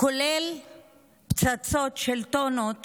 כולל פצצות של טונות